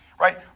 right